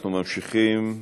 אנחנו ממשיכים.